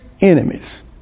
enemies